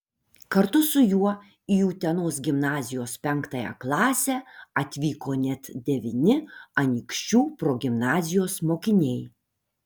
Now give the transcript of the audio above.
kartu su juo į utenos gimnazijos penktąją klasę atvyko net devyni anykščių progimnazijos mokiniai